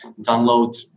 download